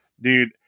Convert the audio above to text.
dude